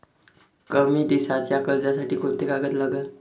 कमी दिसाच्या कर्जासाठी कोंते कागद लागन?